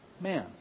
man